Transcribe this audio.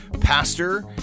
pastor